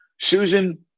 Susan